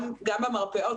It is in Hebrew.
גם המרפאות,